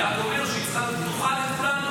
אני רק אומר שהיא צריכה להיות פתוחה לכולנו,